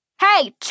Hey